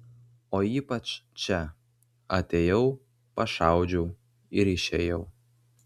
o ypač čia atėjau pašaudžiau ir išėjau